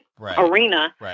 arena